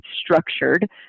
structured